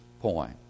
point